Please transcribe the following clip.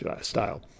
style